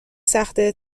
سخته